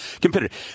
competitor